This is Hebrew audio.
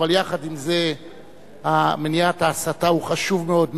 אבל יחד עם זה מניעת ההסתה היא חשובה מאוד,